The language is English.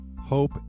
hope